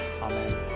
Amen